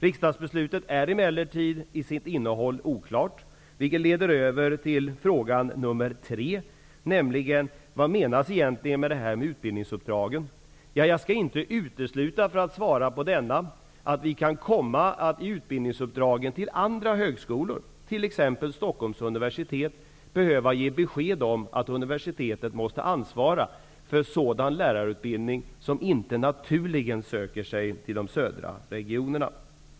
Riksdagsbeslutet är emellertid till sitt innehåll oklart, vilket leder över till fråga nummer 3: Vad menas egentligen med det här med utbildningsuppdragen? Jag skall för att svara på denna fråga inte utesluta att vi kan komma att i utbildningsuppdragen till andra högskolor, t.ex. till Stockholms universitet, behöva ge besked om att universitetet måste ansvara för sådan lärarutbildning som inte naturligen söker sig till de södra regionerna.